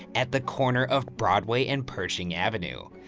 at the corner of broadway and purshing avenue.